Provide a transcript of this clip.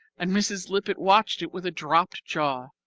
and mrs. lippett watched it with dropped jaw,